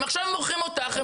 עכשיו הם מורחים אותך,